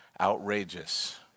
outrageous